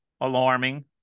alarming